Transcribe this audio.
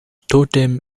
totem